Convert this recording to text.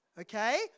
Okay